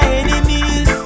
enemies